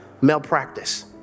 malpractice